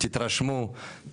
תתרשמו,